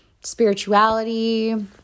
spirituality